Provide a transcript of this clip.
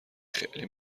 خیلی